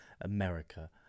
America